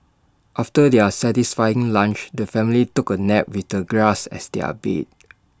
after their satisfying lunch the family took A nap with the grass as their bed